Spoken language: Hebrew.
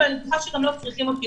אבל אני בטוחה שגם לא צריכים אותי,